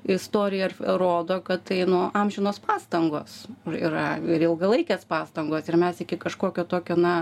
istorija ir rodo kad tai nu amžinos pastangos yra ir ilgalaikės pastangos ir mes iki kažkokio tokio na